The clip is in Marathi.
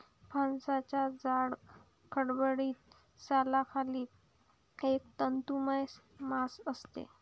फणसाच्या जाड, खडबडीत सालाखाली एक तंतुमय मांस असते